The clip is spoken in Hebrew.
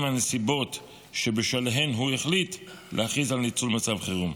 הנסיבות שבשלן הוא החליט להכריז על ניצול מצב חירום.